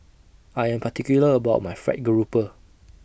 I Am particular about My Fried Garoupa